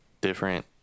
different